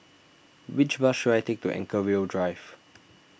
which bus should I take to Anchorvale Drive